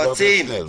יועצים.